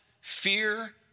fear